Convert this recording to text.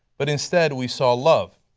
but instead we saw love.